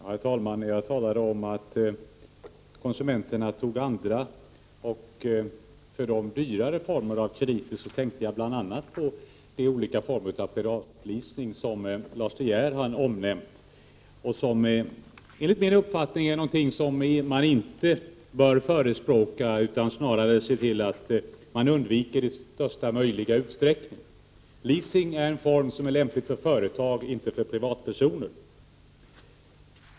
Herr talman! När jag talade om att konsumenterna utnyttjade andra och för dem dyrare former av krediter, tänkte jag bl.a. på de olika former av privatleasing som Lars De Geer har omnämnt och som, enligt min uppfattning, är någonting som man inte bör förespråka, utan snarare se till att undvika i största möjliga utsträckning. Leasing är en form som är lämplig för företag, inte för privatpersoner.